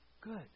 good